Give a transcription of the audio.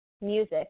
Music